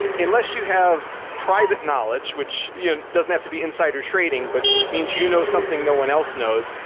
unless you have private knowledge, which yeah and doesn't have to be insider-trading, but means you know something no one else knows,